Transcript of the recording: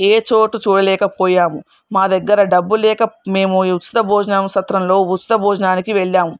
ఏ చోటు చూడలేకపోయాము మా దగ్గర డబ్బులేక మేము ఉచిత భోజనము సత్రంలో ఉచిత భోజనానికి వెళ్ళాము